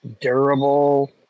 durable